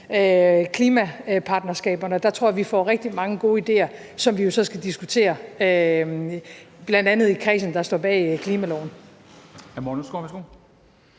klimapartnerskaberne, og der tror jeg, vi får rigtig mange gode ideer, som vi jo så skal diskutere, bl.a. i kredsen, der står bag klimaloven. Kl. 13:25